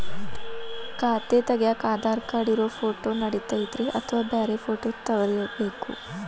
ಖಾತೆ ತಗ್ಯಾಕ್ ಆಧಾರ್ ಕಾರ್ಡ್ ಇರೋ ಫೋಟೋ ನಡಿತೈತ್ರಿ ಅಥವಾ ಬ್ಯಾರೆ ಫೋಟೋ ತರಬೇಕೋ?